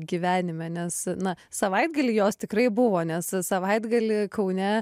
gyvenime nes na savaitgalį jos tikrai buvo nes savaitgalį kaune